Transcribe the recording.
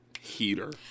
Heater